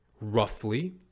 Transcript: roughly